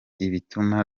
ibituma